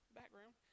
background